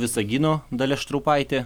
visagino dalia štraupaitė